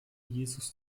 jesus